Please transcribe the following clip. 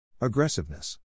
Aggressiveness